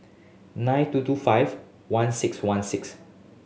nine two two five one six one six